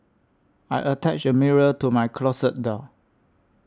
I attached a mirror to my closet door